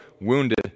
wounded